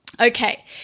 Okay